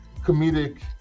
comedic